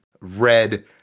red